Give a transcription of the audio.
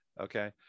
Okay